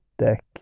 deck